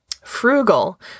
Frugal